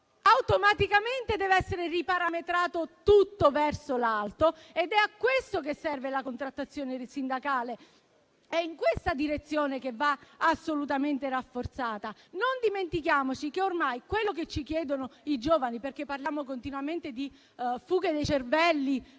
automaticamente deve essere riparametrato tutto verso l'alto ed è a questo che serve la contrattazione sindacale, è in questa direzione che va assolutamente rafforzata. Non dimentichiamoci di quello che ci chiedono i giovani, visto che parliamo continuamente di fuga dei cervelli